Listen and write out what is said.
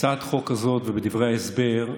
בהצעת החוק הזאת, ובדברי ההסבר,